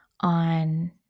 on